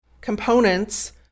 components